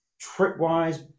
Trip-wise